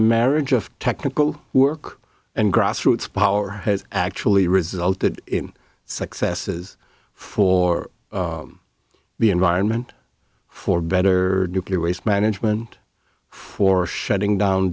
marriage of technical work and grassroots power has actually resulted in successes for the environment for better nuclear waste management for shutting down